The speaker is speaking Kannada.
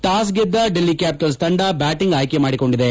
ಟಾಸ್ ಗೆದ್ದ ಡೆಲ್ಲಿ ಕ್ಕಾಟಿಟಲ್ಸ್ ತಂಡ ಬ್ಕಾಟಿಂಗ್ ಆಯ್ಕೆ ಮಾಡಿಕೊಂಡಿದೆ